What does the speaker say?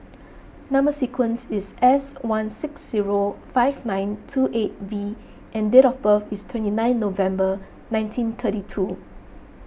Number Sequence is S one six zero five nine two eight V and date of birth is twenty nine November nineteen thirty two